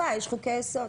אין חוקה, יש חוקי יסוד.